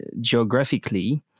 geographically